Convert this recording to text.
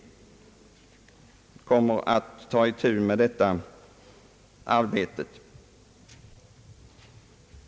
kommer att ta itu med vårbruket på sina gårdar så snart ske kan.